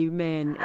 Amen